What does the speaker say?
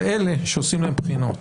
זה אלה שעושים להם בחינות.